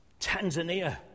Tanzania